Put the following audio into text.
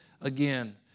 again